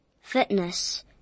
fitness